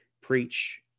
Preach